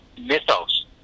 mythos